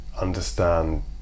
understand